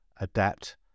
adapt